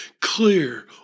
clear